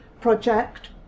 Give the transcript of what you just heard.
project